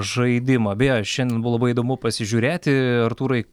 žaidimą beje šiandien buvo labai įdomu pasižiūrėti artūrai